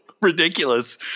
ridiculous